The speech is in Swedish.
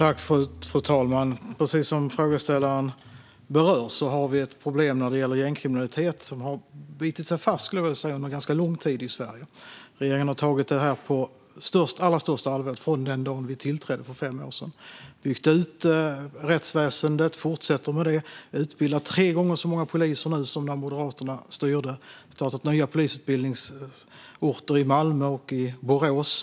Fru talman! Precis som frågeställaren berör har vi ett problem när det gäller gängkriminalitet, som har bitit sig fast - skulle jag vilja säga - under ganska lång tid i Sverige. Regeringen har tagit detta på allra största allvar från den dag vi tillträdde för fem år sedan. Vi har byggt ut rättsväsendet, och vi fortsätter med det. Det utbildas tre gånger så många poliser nu som när Moderaterna styrde. Vi har startat polisutbildningar på nya orter: Malmö och Borås.